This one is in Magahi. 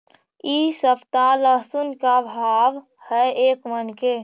इ सप्ताह लहसुन के का भाव है एक मन के?